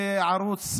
בערוץ,